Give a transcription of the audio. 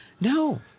No